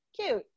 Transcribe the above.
Cute